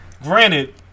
Granted